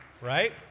Right